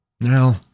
Now